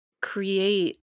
create